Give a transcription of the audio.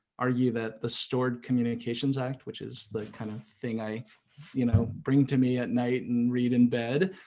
argue that the stored communications act which is the kind of thing i you know bring to me at night and read in bed,